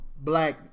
black